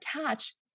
attach